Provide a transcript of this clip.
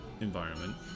environment